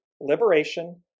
liberation